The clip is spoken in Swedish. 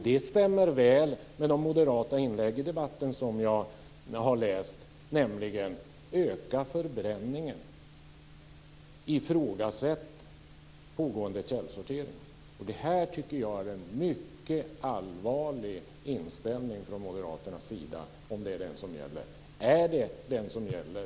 Det stämmer väl med de moderata inlägg i debatten som jag har läst, nämligen öka förbränningen, ifrågasätt pågående källsortering. Det här tycker jag är en mycket allvarlig inställning från moderaternas sida, om det är den som gäller. Är det den som gäller?